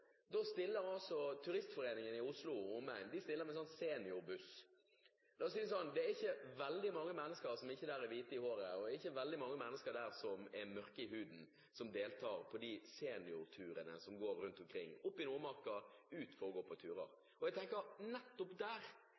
omegn med seniorbuss. La oss si det sånn: Det er ikke veldig mange mennesker der som ikke er hvite i håret, og det er ikke veldig mange mennesker der som er mørke i huden, som deltar på de seniorturene som går rundt omkring, opp i Nordmarka, for å gå på turer. Nettopp der hadde det vært viktig at de var seg sitt ansvar bevisst, og